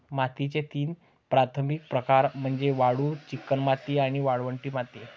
मातीचे तीन प्राथमिक प्रकार म्हणजे वाळू, चिकणमाती आणि वाळवंटी माती